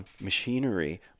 Machinery